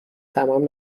تمام